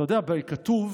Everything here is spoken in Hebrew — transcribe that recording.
אתה יודע, כתוב: